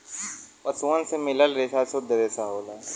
पसुअन से मिलल रेसा सुद्ध रेसा होला